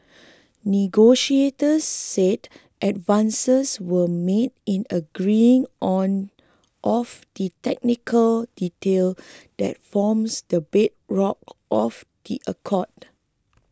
negotiators said advances were made in agreeing on of the technical detail that forms the bedrock of the accord